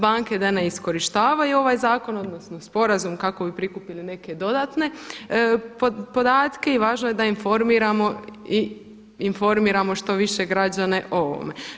Banke da ne iskorištavaju ovaj zakon, odnosno sporazum kako bi prikupili neke dodatne podatke i važno je da im formiramo i informiramo što više građane o ovome.